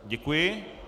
Děkuji.